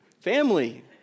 Family